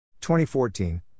2014